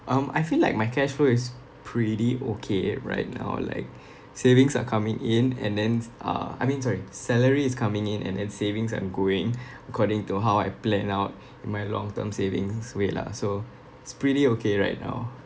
um I feel like my cash flow is pretty okay right now like savings are coming in and then uh I mean sorry salary is coming in and then savings I'm going according to how I plan out my long term savings way lah so it's pretty okay right now